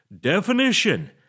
Definition